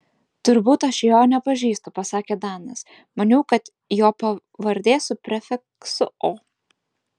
turbūt aš jo nepažįstu pasakė danas maniau kad jo pavardė su prefiksu o